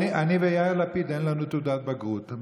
אני ויאיר לפיד, אין לנו תעודת בגרות.